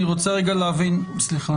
סליחה.